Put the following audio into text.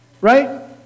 Right